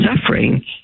suffering